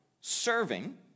serving